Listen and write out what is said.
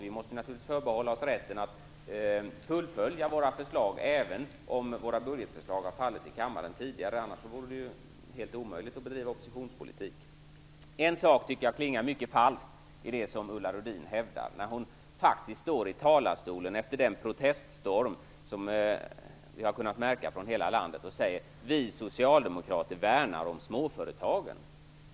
Vi måste naturligtvis få förbehålla oss rätten att fullfölja våra förslag, även om våra budgetförslag har fallit i kammaren tidigare. Annars vore det helt omöjligt att bedriva oppositionspolitik. En sak tycker jag klingar mycket falskt i det som Ulla Rudin hävdar. Efter den proteststorm som vi har kunnat märka i hela landet står hon i talarstolen och säger: Vi socialdemokrater värnar småföretagen.